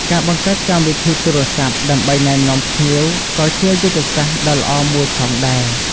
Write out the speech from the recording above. ការបង្កើតកម្មវិធីទូរស័ព្ទដើម្បីណែនាំភ្ញៀវក៏ជាយុទ្ធសាស្ត្រដ៏ល្អមួយផងដែរ។